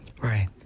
Right